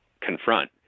confront